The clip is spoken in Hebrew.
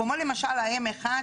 כמו למשל, ה-M1.